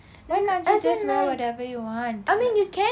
why can't you just wear whatever you want